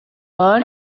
بار